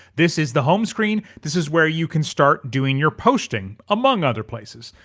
this is the home screen. this is where you can start doing your posting, among other places.